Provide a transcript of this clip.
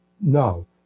No